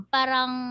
Parang